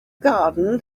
garden